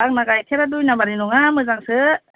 आंना गाइखेरा दुय नामबारि नङा मोजांसो